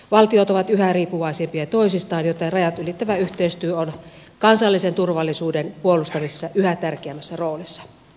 valtiot ovat yhä riippuvaisempia toisistaan joten rajat ylittävä yhteistyö on kansallisen turvallisuuden puolustamisessa yhä tärkeämmässä roolissa